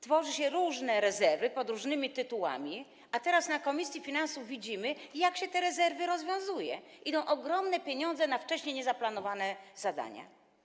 Tworzy się różne rezerwy pod różnymi nazwami, a teraz na posiedzeniu komisji finansów widzimy, jak się te rezerwy rozwiązuje: ogromne pieniądze idą na wcześniej niezaplanowane zadania.